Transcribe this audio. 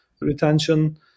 retention